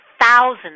thousands